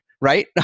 right